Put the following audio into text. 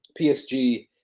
PSG